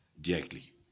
directly